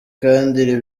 kandi